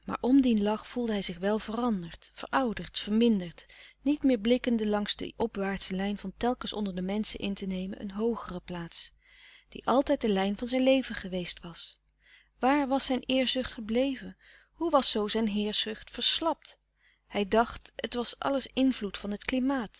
om dien lach voelde hij wel zich veranderd verouderd verminderd niet meer blikkende langs die opwaartsche lijn van telkens onder de menschen in te nemen een hoogere plaats die altijd de lijn van zijn leven ge weest was waar was zijn eerzucht gebleven hoe was zoo zijn heerschzucht verslapt hij dacht het was alles invloed van het klimaat